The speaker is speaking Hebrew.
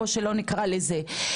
או שלא נקרא לזה.